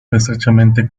estrechamente